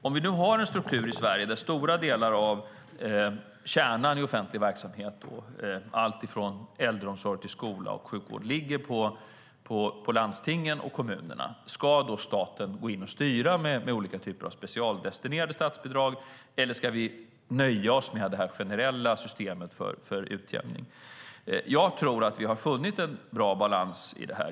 Om vi nu har en struktur i Sverige där stora delar av kärnan i offentlig verksamhet, alltifrån äldreomsorg till skola och sjukvård, ligger på landstingen och kommunerna, ska då staten gå in och styra med olika typer av specialdestinerade statsbidrag, eller ska vi nöja oss med det generella systemet för utjämning? Jag tror att vi har funnit en bra balans.